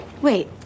Wait